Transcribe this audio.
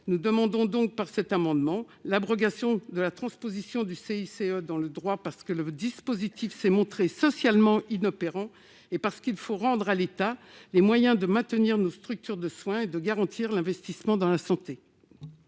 Nous demandons la fin de la transposition du CICE dans le droit, parce que ce dispositif s'est montré inopérant socialement et parce qu'il faut rendre à l'État les moyens de maintenir nos structures de soins et de garantir l'investissement dans la santé.